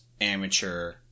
amateur